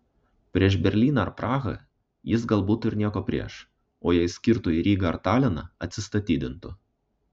prieš berlyną ar prahą jis gal būtų ir nieko prieš o jei skirtų į rygą ar taliną atsistatydintų